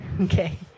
Okay